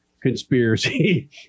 conspiracy